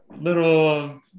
little